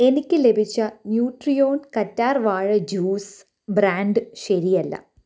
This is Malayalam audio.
എനിക്ക് ലഭിച്ച ന്യൂട്രിയോൺ കറ്റാർ വാഴ ജ്യൂസ് ബ്രാൻഡ് ശരിയല്ല